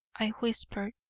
i whispered.